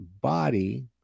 body